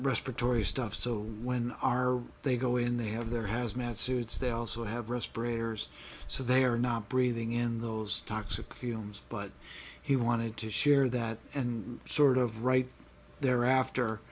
respiratory stuff so when our they go in they have their hazmat suits they also have respirators so they are not breathing in those toxic fumes but he wanted to share that and sort of right there after